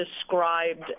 described